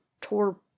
tour